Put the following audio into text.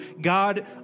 God